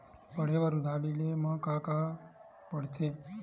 पढ़े बर उधारी ले मा का का के का पढ़ते?